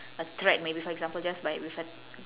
a thread maybe for example just by with a